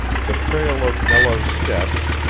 the trail of nello's steps,